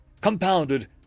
compounded